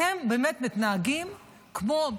אתם באמת מתנהגים כמו,